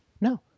No